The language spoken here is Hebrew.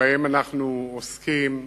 שבהם אנחנו עוסקים,